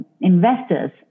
investors